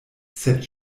sed